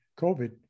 COVID